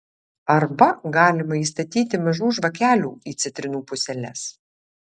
arba galima įstatyti mažų žvakelių į citrinų puseles